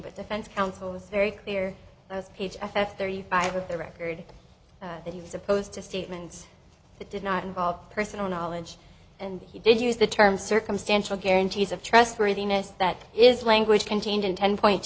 but defense counsel was very clear of page f f thirty five of the record that he was opposed to statements that did not involve personal knowledge and he did use the term circumstantial guarantees of trustworthiness that is language contained in ten point